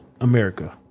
America